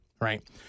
right